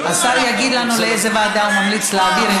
השר יגיד לנו לאיזו ועדה הוא ממליץ להעביר,